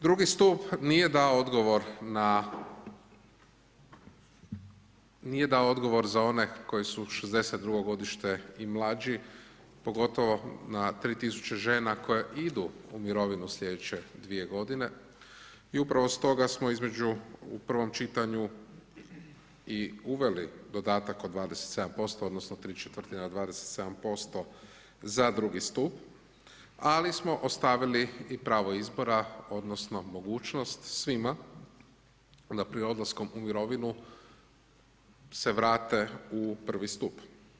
Drugi stup nije dao odgovor na, nije dao odgovor za one koji su '62. godište i mlađi, pogotovo na 3.000 žena koje idu u mirovinu slijedeće dvije godine i upravo stoga smo između, u prvom čitanju i uveli dodataka od 27%, odnosno 3/4 od 27% za drugi stup, ali smo ostavili i pravo izbora odnosno mogućnost svima da pri odlaskom u mirovinu se vrate u prvi stup.